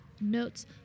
Notes